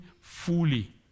fully